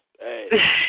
Hey